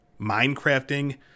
minecrafting